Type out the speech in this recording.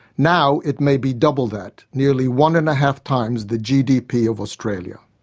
now it may be double that, nearly one and a half times the gdp of australia.